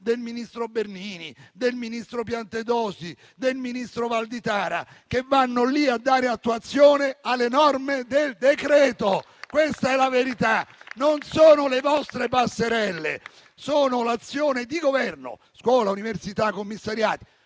del ministro Bernini, del ministro Piantedosi, del ministro Valditara che vanno lì a dare attuazione alle norme del decreto-legge, questa è la verità. Non sono le vostre passerelle, è l'azione di Governo su scuola, università, commissariati.